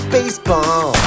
Baseball